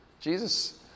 Jesus